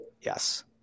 Yes